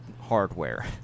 hardware